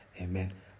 Amen